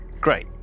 Great